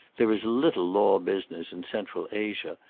there is little law business in central asia,